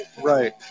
Right